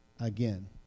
again